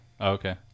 okay